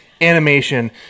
animation